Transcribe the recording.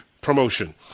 promotion